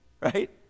right